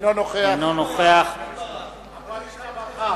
אינו נוכח גם הוא ברח.